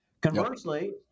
Conversely